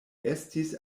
estis